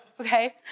okay